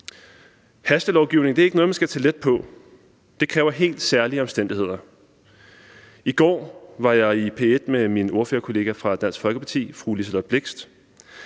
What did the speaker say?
Hastelovgivning er ikke noget, man skal tage let på; det kræver helt særlige omstændigheder. I går var jeg i P1 med min ordførerkollega fra Dansk Folkeparti fru Liselott Blixt.